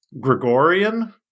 gregorian